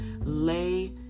lay